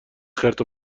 خرت